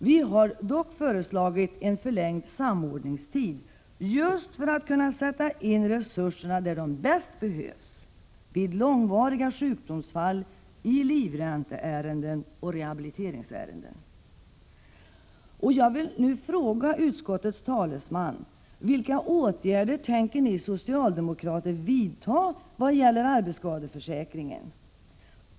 Vi har dock föreslagit en förlängd samordningstid just för att kunna sätta in resurserna där de bäst behövs: vid långvariga sjukdomsfall, vid livränteärenden och rehabiliteringsärenden. mokrater vidta när det gäller arbetsskadeförsäkringen?